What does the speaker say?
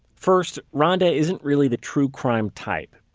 first, ronda isn't really the true-crime type.